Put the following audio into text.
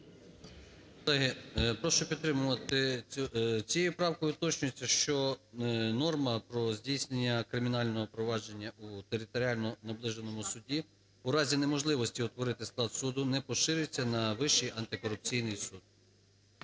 прошу підтримати. Цією правкою уточнюється, що норма про здійснення кримінального провадження в територіально наближеному суді у разі неможливості утворити склад суду не поширюється на Вищий антикорупційний суд.